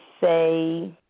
say